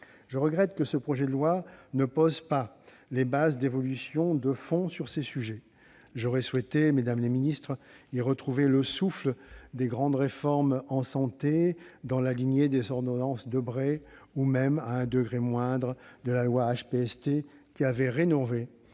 Je regrette que ce projet de loi ne pose pas les bases d'évolutions de fond sur ces sujets. J'aurais souhaité, mesdames les ministres, y retrouver le souffle des grandes réformes en santé, dans la lignée des ordonnances Debré ou même, à un degré moindre, de la loi HPST, qui avait rénové